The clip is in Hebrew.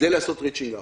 כדי לעשות ריצ'ינג-אאוט.